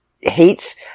hates